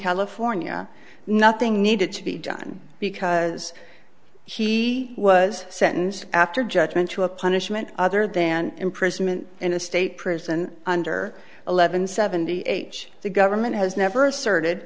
california nothing needed to be done because he was sentenced after judgment to a punishment other than imprisonment in a state prison under eleven seventy age the government has never asserted